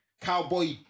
Cowboy